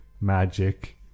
magic